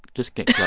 just get yeah